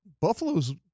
Buffalo's